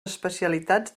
especialitats